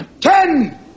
ten